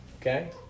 Okay